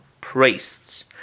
priests